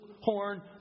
horn